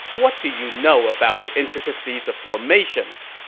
what do you know about the intricacies of formations?